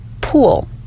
pool